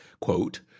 quote